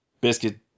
biscuit